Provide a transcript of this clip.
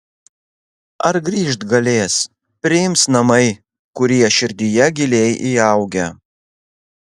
ar grįžt galės priims namai kurie širdyje giliai įaugę